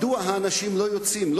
מדוע האנשים לא יוצאים?